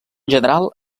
general